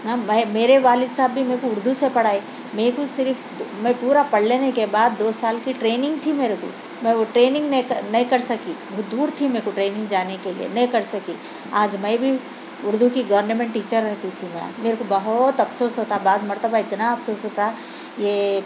نا میں میرے والد صاحب بھی میرے کو اُردو سے پڑھائے میرے کو صرف میں پورا پڑھ لینے کے بعد دو سال کی ٹریننگ تھی میرے کو میں وہ ٹریننگ نہیں نہیں کر سکی بہت دور تھی میرے کو ٹریننگ جانے کے لئے نہیں کر سکی آج میں بھی اُردو کی گورنمنٹ ٹیچر رہتی تھی میں میرے کو بہت افسوس ہوتا بعض مرتبہ اتنا افسوس ہوتا یہ